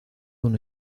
una